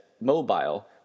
mobile